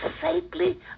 safely